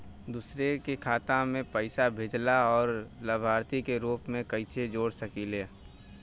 दूसरे के खाता में पइसा भेजेला और लभार्थी के रूप में कइसे जोड़ सकिले?